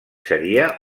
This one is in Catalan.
seria